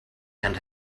and